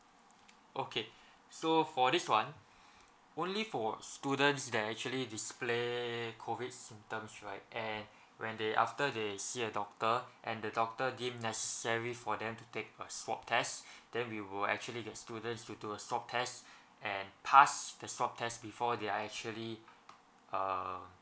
okay so for this one only for students that actually display COVID symptoms right and when they after they see a doctor and the doctor deem necessary for them to take a swab test then we will actually get the students to do a swab test and pass the swab test before they are actually uh